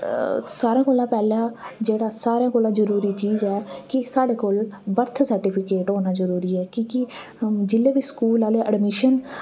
सारें कोला पैह्लें जेह्ड़ा सारें कोला जरूरी चीज़ ऐ कि साढ़े कोल बर्थ सर्टिफिकेट होना जरूरी ऐ कि के जेल्लै बी स्कूल आह्ले एडमिशन